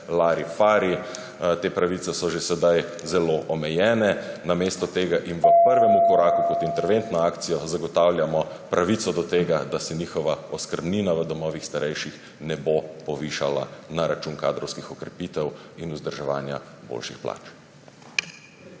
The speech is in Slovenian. larifari, te pravice so že sedaj zelo omejene. Namesto tega in v prvem koraku kot interventno akcijo zagotavljamo pravico do tega, da se njihova oskrbnina v domovih starejših ne bo povišala na račun kadrovskih okrepitev in vzdrževanja boljših plač.